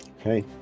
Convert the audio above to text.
Okay